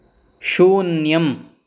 शून्यम्